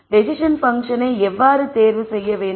decision பன்ஃஷனை எவ்வாறு தேர்வு செய்ய வேண்டும்